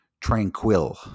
Tranquil